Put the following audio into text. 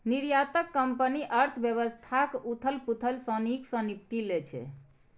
निर्यातक कंपनी अर्थव्यवस्थाक उथल पुथल सं नीक सं निपटि लै छै